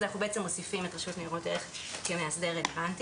אנחנו בעצם מוסיפים את רשות ניירות ערך כמאסדר רלוונטי.